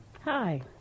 Hi